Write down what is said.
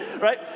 right